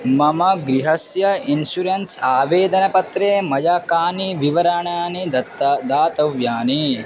मम गृहस्य इन्शुरेन्स् आवेदनपत्रे मया कानि विवरणानि दत्ता दातव्यानि